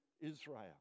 Israel